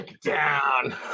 down